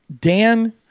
Dan